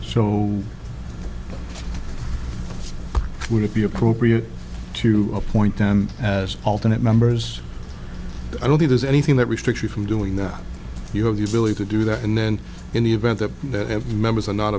so would it be appropriate to appoint them as alternate members i don't think there's anything that restrict you from doing that you have the ability to do that and then in the event that that have members are not